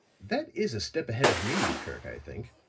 that is a step ahead of me, kirk, i think.